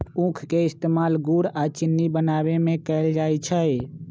उख के इस्तेमाल गुड़ आ चिन्नी बनावे में कएल जाई छई